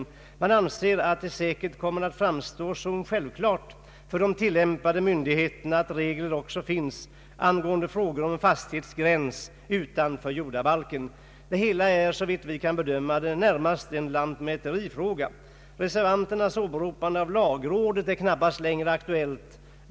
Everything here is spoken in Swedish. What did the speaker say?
Utskottet anser att det säkert kommer att framstå som självklart för de tillämpande myndigheterna att regler angående fastighetsgräns finns också utanför jordbalken. Det hela är, såvitt jag kan bedöma, närmast en lantmäterifråga. Reservanternas åberopande av lagrådet är knappast längre aktuellt.